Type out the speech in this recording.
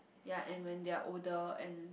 yea and when they are older and